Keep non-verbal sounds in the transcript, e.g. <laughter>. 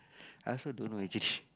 I also don't know actually <laughs>